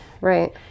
Right